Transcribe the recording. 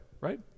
right